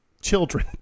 children